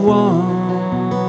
one